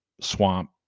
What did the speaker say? swamp